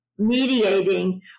Mediating